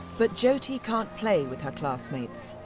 but jyoti can't play with her class mates.